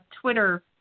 Twitter